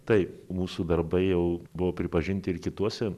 taip mūsų darbai jau buvo pripažinti ir kituose